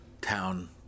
town